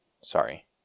Sorry